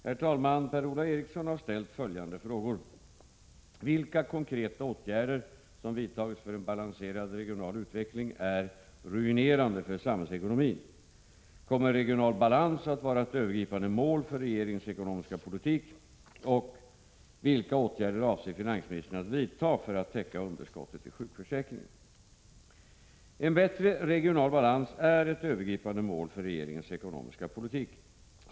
Herr talman! Per-Ola Eriksson har ställt följande frågor: 1. Vilka konkreta åtgärder som vidtagits för en balanserad regional utveckling är ”ruinerande” för samhällsekonomin? 2. Kommer regional balans att vara ett övergripande mål för regeringens ekonomiska politik? En bättre regional balans är ett övergripande mål för regeringens ekonomiska politik.